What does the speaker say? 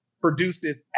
produces